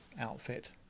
outfit